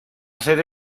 sede